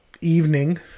evening